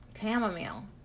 chamomile